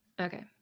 Okay